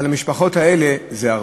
אבל למשפחות האלה זה הרבה.